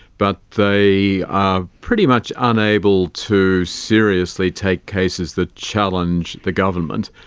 but they are pretty much unable to seriously take cases that challenge the government.